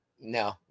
no